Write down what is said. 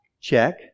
Check